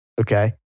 Okay